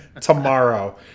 tomorrow